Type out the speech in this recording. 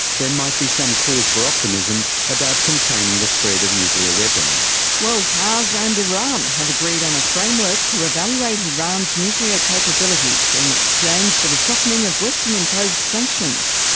there might be some cause for optimism about containing the spread of nuclear weapons. world powers and iran have agreed on a framework to evaluate iran's nuclear capabilities in exchange for the softening of western imposed sanctions.